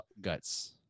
guts